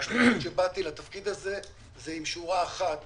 והשליחות שבאתי לתפקיד הזה, עם שורה אחת פשוטה,